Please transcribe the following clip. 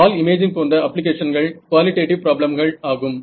வால் imaging போன்ற அப்ளிகேஷன்கள் qualitative ப்ராப்ளம்கள் ஆகும்